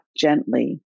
gently